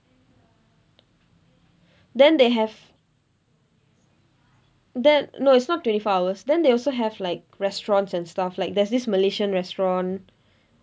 then they have then no it's not twenty four hours then they also have like restaurants and stuff like there's this malaysian restaurant